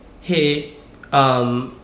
Hey